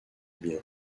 bien